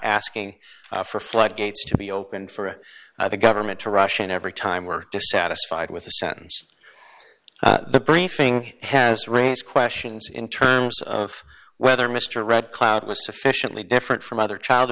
asking for floodgates to be opened for the government to rush and every time we're dissatisfied with a sentence the briefing has raised questions in terms of whether mr red cloud was sufficiently different from other child